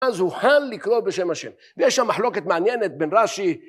אז אוכל לקרוא בשם ה'. ויש שם מחלוקת מעניינת בין רש"י